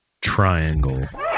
Triangle